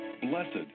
Blessed